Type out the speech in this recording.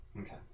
Okay